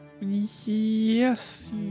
yes